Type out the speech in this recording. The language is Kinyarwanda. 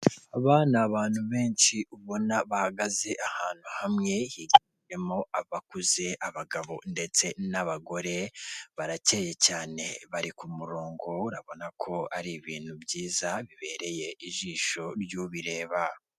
Aba ni abantu benshi ubona bahagaze ahantu hamwe himo abakuze abagabo ndetse n'abagore barakeye cyane bari ku murongo urabona ko ari ibintu byiza bibereye ijisho ry'u bireba.